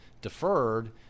deferred